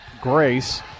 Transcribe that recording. Grace